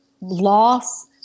loss